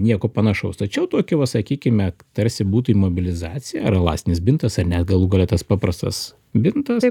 nieko panašaus tačiau tokį va sakykime tarsi būtų imobilizacija ar elastinis bintas ar net galų gale tas paprastas bintas